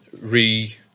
re